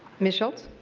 ms. schultz.